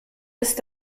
ist